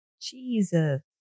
Jesus